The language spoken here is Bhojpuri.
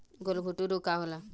गलघोटू रोग का होला?